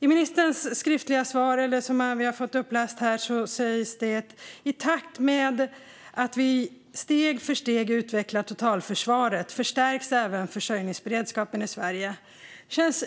I ministerns svar sa han att försörjningsberedskapen i Sverige förstärks i takt med att vi steg för steg utvecklar totalförsvaret. Det känns